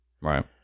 Right